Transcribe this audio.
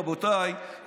רבותיי,